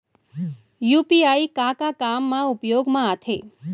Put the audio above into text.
UPI का का काम मा उपयोग मा आथे?